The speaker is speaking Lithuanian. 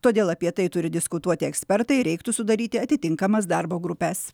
todėl apie tai turi diskutuoti ekspertai reiktų sudaryti atitinkamas darbo grupes